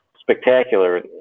spectacular